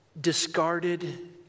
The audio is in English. discarded